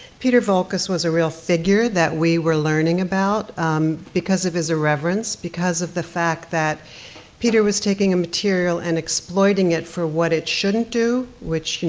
peter voulkos was a real figure that we were learning from because of his irreverence, because of the fact that peter was taking a material and exploiting it for what it shouldn't do, which, you know,